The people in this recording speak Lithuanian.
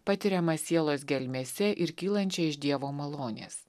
patiriamą sielos gelmėse ir kylančią iš dievo malonės